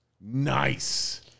nice